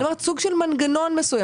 אני אומרת, סוג של מנגנון מסוים.